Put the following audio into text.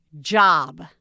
job